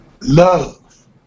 love